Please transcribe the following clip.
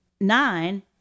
nine